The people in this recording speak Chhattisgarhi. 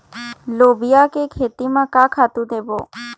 लोबिया के खेती म का खातू देबो?